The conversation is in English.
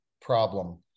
problem